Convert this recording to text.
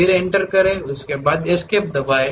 फिर एंटर करें उसके बाद एस्केप दबाएं